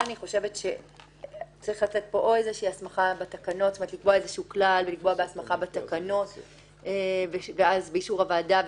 אני חושבת שצריך לתת איזו שהיא הסמכה בתקנות שיובאו לאישור הוועדה.